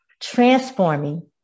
transforming